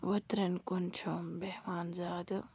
ؤترَن کُن چھُ یِم بیٚہوان زیادٕ